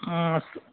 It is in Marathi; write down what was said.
स